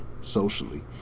socially